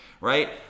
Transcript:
right